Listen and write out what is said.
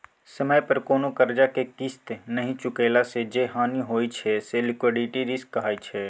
समय पर कोनो करजा केँ किस्त नहि चुकेला सँ जे हानि होइ छै से लिक्विडिटी रिस्क कहाइ छै